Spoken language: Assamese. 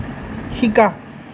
শিকা